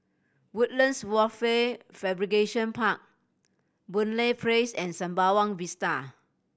Woodlands Wafer Fabrication Park Boon Lay Place and Sembawang Vista